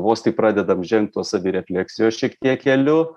vos tik pradedam žengt tuo savirefleksijos šiek tiek keliu